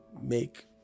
make